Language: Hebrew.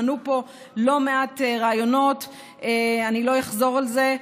מנו פה לא מעט רעיונות, אני לא אחזור על זה.